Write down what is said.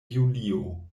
julio